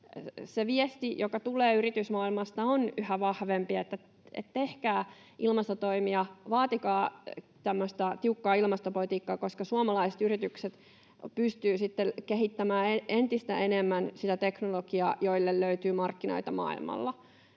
Se viesti, joka tulee yritysmaailmasta, on yhä vahvemmin se, että tehkää ilmastotoimia, vaatikaa tämmöistä tiukkaa ilmastopolitiikkaa, koska suomalaiset yritykset pystyvät sitten kehittämään entistä enemmän sitä teknologiaa, jolle löytyy markkinoita maailmalla.